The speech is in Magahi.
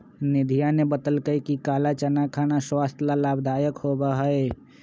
निधिया ने बतल कई कि काला चना खाना स्वास्थ्य ला लाभदायक होबा हई